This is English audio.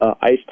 ice